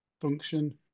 function